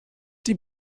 die